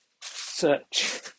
search